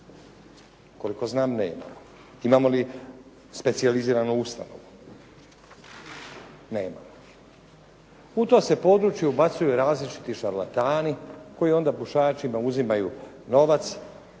Koliko znam nema. Imamo li specijaliziranu ustanovu? Nemamo. U to se područje ubacuju različiti šarlatani koji onda pušačima uzimaju novac